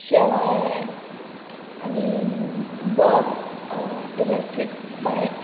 शेवाळें आनी bus electric बायक